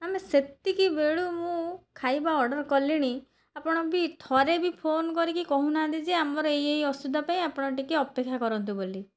ଆମେ ସେତିକି ବେଳୁ ମୁଁ ଖାଇବା ଅର୍ଡ଼ର୍ କଲିଣି ଆପଣ ବି ଥରେ ବି ଫୋନ କରିକି କହୁନାହାଁନ୍ତି ଯେ ଆମର ଏଇ ଏଇ ଅସୁବିଧା ପାଇଁ ଆପଣ ଟିକେ ଅପେକ୍ଷା କରନ୍ତୁ ବୋଲି